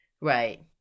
right